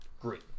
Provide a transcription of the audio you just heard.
great